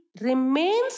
remains